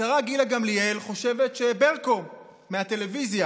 השרה גילה גמליאל חושבת שברקו מהטלוויזיה